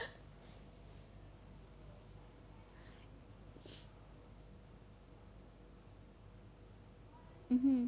mmhmm